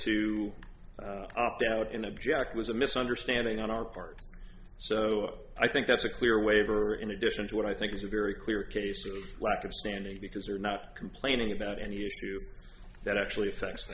to opt out in object was a misunderstanding on our part so i think that's a clear waiver in addition to what i think is a very clear case of lack of standards because they're not complaining about any issue that actually